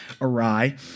awry